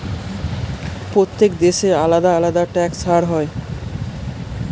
প্রত্যেক দেশে আলাদা আলাদা ট্যাক্স হার হয়